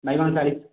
ବାଇଗଣ ଚାଳିଶ